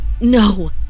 No